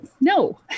no